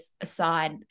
aside